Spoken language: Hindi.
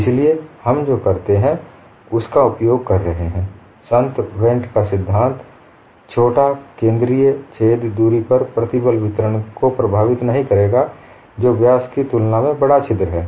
इसलिए हम जो करते हैं उसका उपयोग कर रहे हैं संत वेन्ट का सिद्धांत Saint Venant's principle छोटा केंद्रीय छेद दूरी पर प्रतिबल वितरण को प्रभावित नहीं करेगा जो व्यास की तुलना में बड़ा छिद्र है